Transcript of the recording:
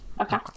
Okay